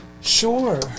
Sure